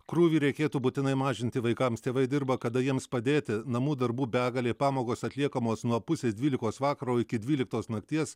krūvį reikėtų būtinai mažinti vaikams tėvai dirba kada jiems padėti namų darbų begalė pamokos atliekamos nuo pusės dvylikos vakaro iki dvyliktos nakties